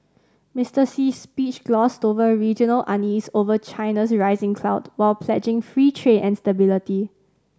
Mister Xi's speech glossed over regional unease over China's rising clout while pledging free trade and stability